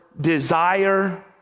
desire